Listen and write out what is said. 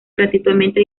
gratuitamente